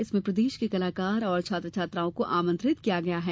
इसमें प्रदेश के कलाकार और छात्र छात्राओं को आमंत्रित किया गया है